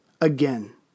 again